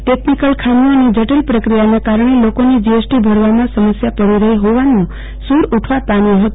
technical ખામીઓ અને જટીલ પ્રક્રિયાના કારણે લોકોને જીએસટી ભરવામાં સમસ્યા પડી રફી ફોવાનો સુર ઉઠવા પામ્યો ફતો